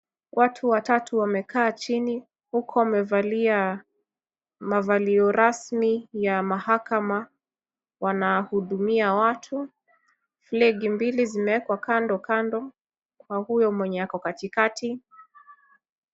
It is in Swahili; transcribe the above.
Watu watatu wamekaa chini huku wamevalia mavalio rasmi ya mahakama wanahudumia watu. Flag mbili zimewekwa kando kando kwa huyo mwenye ako katikati.